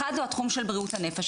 אחד הוא התחום של בריאות הנפש,